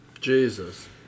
Jesus